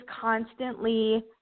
constantly